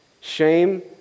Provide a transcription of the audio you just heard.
shame